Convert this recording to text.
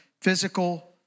physical